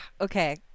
Okay